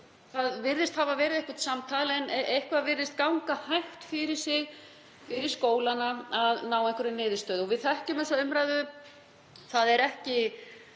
það virðist hafa verið eitthvert samtal en eitthvað virðist það ganga hægt fyrir skólana að ná einhverri niðurstöðu. Við þekkjum þessa umræðu. Það er ekki